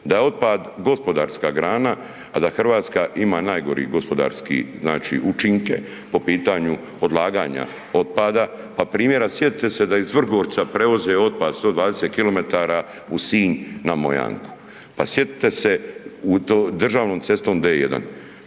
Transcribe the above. da je otpad gospodarska grana, a da Hrvatska ima najgori gospodarski znači učinke po pitanju odlaganja otpada pa primjera sjetite se da iz Vrgorca prevoze otpad 120 km u Sinj na Mojanku, pa sjetite se državnom cestom D1,